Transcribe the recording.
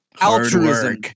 Altruism